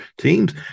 teams